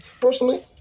personally